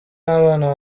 n’abana